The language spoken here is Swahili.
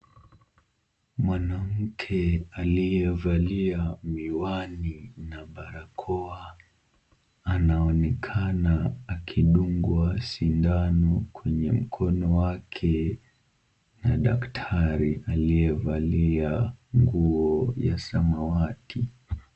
Mwanamke aliyevalia miwani na barakoa anaonekana akidungwa sindano kwenye mkono wake na daktari aliyevalia nguo ya samawati.